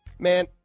Man